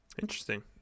Interesting